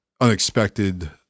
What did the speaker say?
unexpected